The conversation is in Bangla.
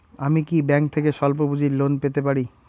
আমি কি ব্যাংক থেকে স্বল্প পুঁজির লোন পেতে পারি?